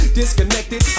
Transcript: disconnected